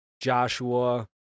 Joshua